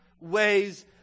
ways